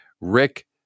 Rick